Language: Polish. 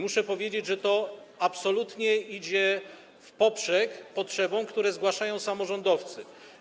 Muszę powiedzieć, że to absolutnie idzie w poprzek potrzebom, które zgłaszają samorządowcy.